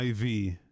IV